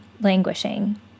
languishing